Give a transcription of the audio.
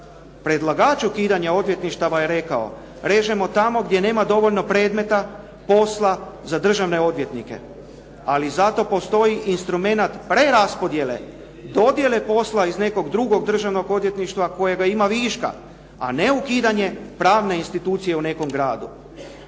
Predlagač ukidanja odvjetništava je rekao, režemo tamo gdje nema dovoljno predmeta, posla, zadržane odvjetnike. Ali zato postoji instrument preraspodjele dodjele posla iz nekog drugog državnog odvjetništva kojega ima viška, a ne ukidanje pravne institucije u nekom gradu.